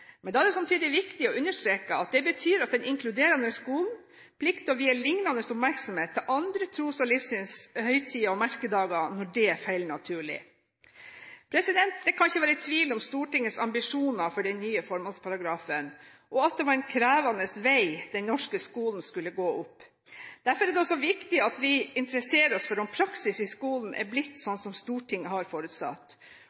Men da er det samtidig viktig å understreke at det betyr at den inkluderende skolen plikter å vie andre tros- og livssynshøytider og -merkedager lignende oppmerksomhet, når det faller naturlig. Det kan ikke være tvil om Stortingets ambisjoner for den nye formålsparagrafen, og at det var en krevende vei den norske skolen skulle gå opp. Derfor er det også viktig at vi interesserer oss for om praksis i skolen er blitt